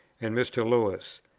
and mr. lewis.